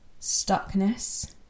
stuckness